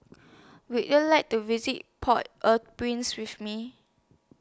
Would YOU like to visit Port Au Prince with Me